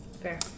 Fair